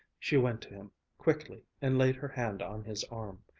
she went to him quickly and laid her hand on his arm.